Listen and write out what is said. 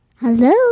Hello